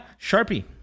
Sharpie